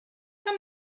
come